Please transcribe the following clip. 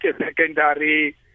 secondary